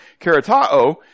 Keratao